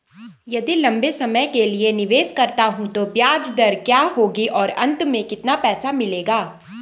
यदि लंबे समय के लिए निवेश करता हूँ तो ब्याज दर क्या होगी और अंत में कितना पैसा मिलेगा?